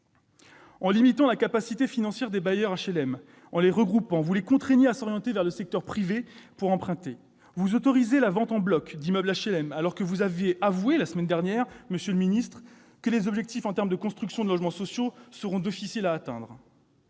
En limitant la capacité financière des bailleurs HLM et en les regroupant, monsieur le ministre, vous les contraignez à s'orienter vers le secteur privé pour emprunter. Vous autorisez la vente en bloc d'immeubles HLM, alors que vous avez avoué, la semaine dernière, que les objectifs en termes de construction de logements sociaux seront difficiles à atteindre.